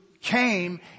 came